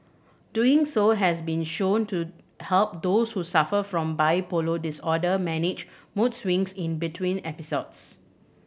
doing so has been shown to help those who suffer from bipolar disorder manage mood swings in between episodes